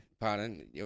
Pardon